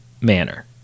manner